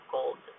Gold